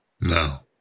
No